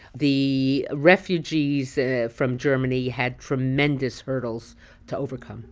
the refugees from germany had tremendous hurdles to overcome